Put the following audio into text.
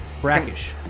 brackish